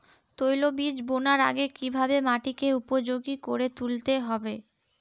তৈলবীজ বোনার আগে কিভাবে মাটিকে উপযোগী করে তুলতে হবে?